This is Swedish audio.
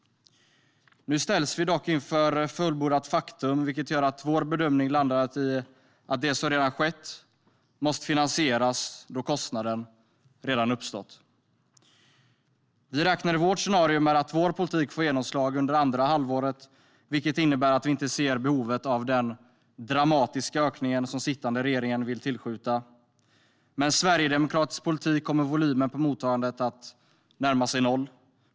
Nu ställs vi dock inför fullbordat faktum, vilket gör att vår bedömning landat i att det som redan har skett måste finansieras eftersom kostnaden redan har uppstått. Vi räknar i vårt scenario med att vår politik får genomslag under andra halvåret, vilket innebär att vi inte ser behovet av den dramatiska ökningen som den sittande regeringen vill tillskjuta. Med sverigedemokratisk politik kommer volymen på mottagandet att närma sig noll.